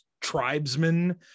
tribesmen